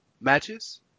matches